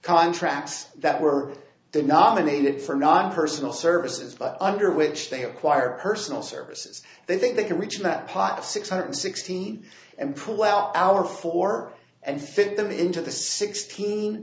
contracts that were the nominated for not personal services under which they acquired personal services they think they can reach that part of six hundred sixteen and pull out our four and fit them into the sixteen